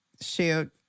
shoot